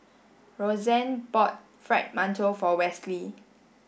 Roxann bought Fried Mantou for Westley